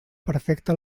perfecta